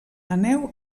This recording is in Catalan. aneu